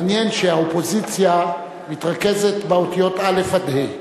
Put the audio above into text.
מעניין שהאופוזיציה מתרכזת באותיות אל"ף עד ה"א.